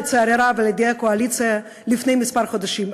לצערי הרב, על-ידי הקואליציה לפני כמה חודשים.